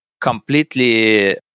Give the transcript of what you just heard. completely